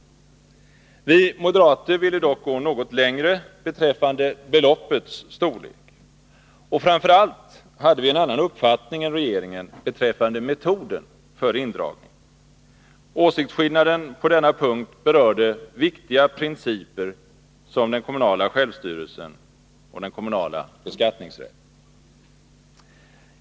Vi moderater ville dock gå något längre beträffande beloppets storlek. Och framför allt hade vi en annan uppfattning än regeringen beträffande metoden för indragningen. Åsiktsskillnaden på denna punkt berörde viktiga principer som den kommunala självstyrelsen och den kommunala beskattningsrätten.